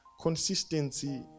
Consistency